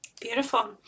Beautiful